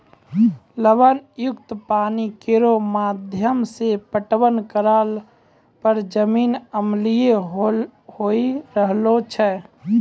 लवण युक्त पानी केरो माध्यम सें पटवन करला पर जमीन अम्लीय होय रहलो छै